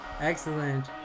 Excellent